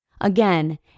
Again